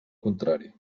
contrari